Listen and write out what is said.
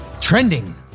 Trending